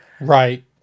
Right